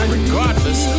Regardless